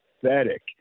pathetic